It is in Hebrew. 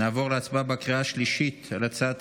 נעבור להצבעה בקריאה השלישית על הצעת